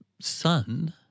son